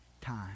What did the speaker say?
time